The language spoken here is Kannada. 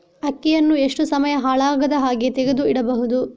ಅಕ್ಕಿಯನ್ನು ಎಷ್ಟು ಸಮಯ ಹಾಳಾಗದಹಾಗೆ ತೆಗೆದು ಇಡಬಹುದು?